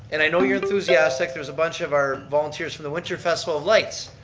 and i know you're enthusiastic. there's a bunch of our volunteers from the winter festival of lights,